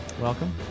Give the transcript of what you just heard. welcome